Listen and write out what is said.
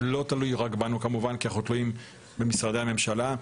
זה לא תלוי רק בנו כמובן כי אנחנו תלויים במשרדי הממשלה.